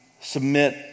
submit